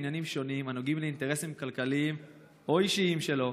בעניינים שונים הנוגעים לאינטרסים כלכליים או אישיים שלו,